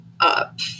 up